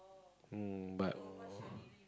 um but